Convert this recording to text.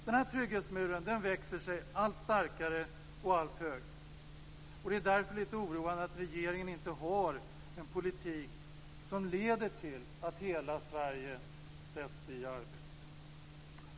Denna trygghetsmur växer sig allt starkare och allt högre. Det är därför litet oroande att regeringen inte har en politik som leder till att hela Sverige sätts i arbete.